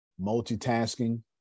multitasking